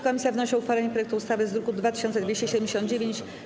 Komisja wnosi o uchwalenie projektu ustawy z druku nr 2279.